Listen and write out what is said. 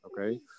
Okay